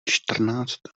čtrnáct